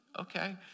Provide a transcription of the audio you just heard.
Okay